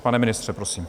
Pane ministře, prosím.